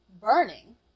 burning